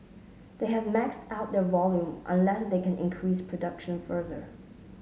they have maxed out their volume unless they can increase production further